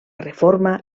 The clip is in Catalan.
reforma